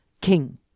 King